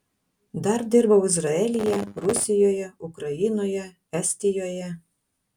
dar dirbau izraelyje rusijoje ukrainoje estijoje